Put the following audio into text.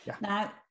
Now